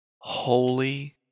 Holy